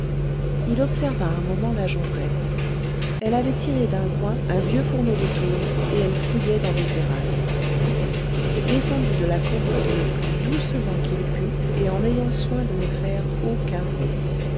il observa un moment la jondrette elle avait tiré d'un coin un vieux fourneau de tôle et elle fouillait dans des ferrailles il descendit de la commode le plus doucement qu'il put et en ayant soin de ne faire aucun bruit